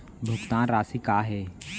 भुगतान राशि का हे?